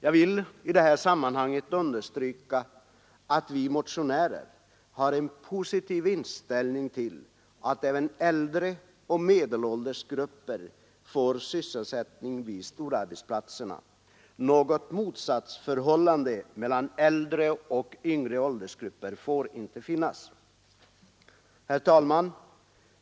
Jag vill i det här sammanhanget understryka att vi motionårer har en positiv inställning till att även äldre och medelålders grupper får sysselsättning vid storarbetsplatserna. Något motsatsförhållande mellan äldre och yngre åldersgrupper får inte finnas. Herr talman!